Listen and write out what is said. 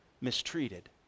mistreated